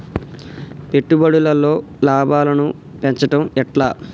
పెట్టుబడులలో లాభాలను పెంచడం ఎట్లా?